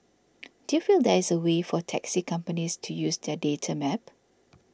do you feel there is a way for taxi companies to use that data map